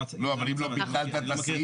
לא, אבל אם לא ביטלת את הסעיף.